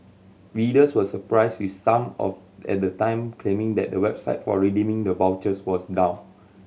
readers were surprised with some of at the time claiming that the website for redeeming the vouchers was down